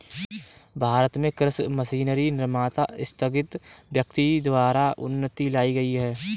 भारत में कृषि मशीनरी निर्माता स्थगित व्यक्ति द्वारा उन्नति लाई गई है